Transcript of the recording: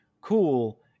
Cool